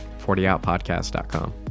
40OutPodcast.com